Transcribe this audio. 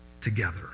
together